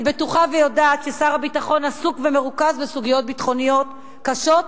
אני בטוחה ויודעת ששר הביטחון עסוק ומרוכז בסוגיות ביטחוניות קשות,